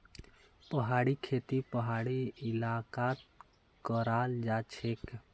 पहाड़ी खेती पहाड़ी इलाकात कराल जाछेक